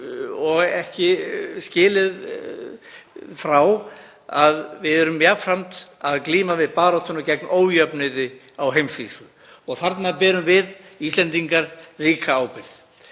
og ekki skilið frá að við erum jafnframt að glíma við baráttuna gegn ójöfnuði á heimsvísu. Þarna berum við Íslendingar líka ábyrgð.